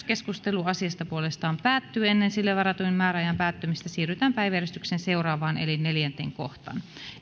keskustelu asiasta puolestaan päättyy ennen sille varatun määräajan päättymistä siirrytään päiväjärjestyksen seuraavaan eli neljänteen kohtaan